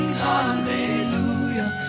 hallelujah